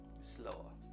slower